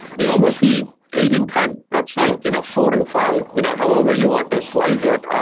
we almost see eight in ten. that's like you know four and five, you know however you want to slice it,